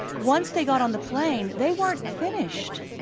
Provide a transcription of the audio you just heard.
once they got on the plane, they weren't finished.